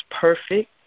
perfect